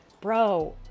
Bro